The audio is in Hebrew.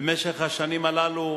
במשך השנים הללו?